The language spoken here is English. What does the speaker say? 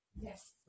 Yes